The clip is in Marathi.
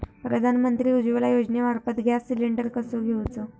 प्रधानमंत्री उज्वला योजनेमार्फत गॅस सिलिंडर कसो घेऊचो?